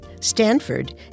Stanford